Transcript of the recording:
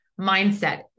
mindset